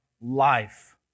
life